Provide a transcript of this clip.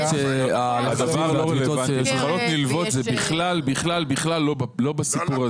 מחלות נלוות הן בכלל לא בסיפור הזה.